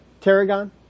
tarragon